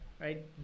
right